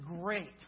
great